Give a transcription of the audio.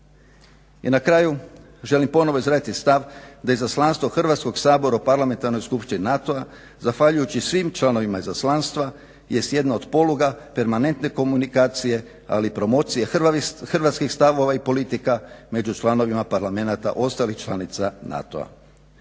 I na kraju želim ponovo izraziti stav da Izaslanstvo Hrvatskog sabora u Parlamentarnoj skupštini NATO-a zahvaljujući svim članovima izaslanstva jest jedna od poluga permanentne komunikacije, ali i promocije hrvatskih stavova i politika među članovima parlamenata ostalih članica NATO-a.